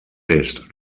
tests